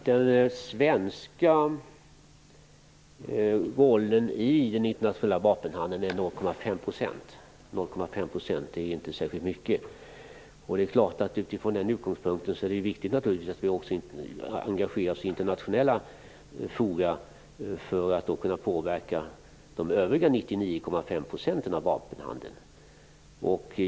Herr talman! Den svenska rollen i den internationella vapenhandeln motsvarar 0,5 %. Det är inte särskilt mycket. Från den utgångspunkten är det naturligtvis viktigt att Sverige engagerar sig i internationella forum för att kunna påverka de övriga 99,5 procenten av vapenhandeln.